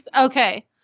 Okay